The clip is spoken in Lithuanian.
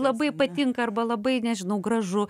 labai patinka arba labai nežinau gražu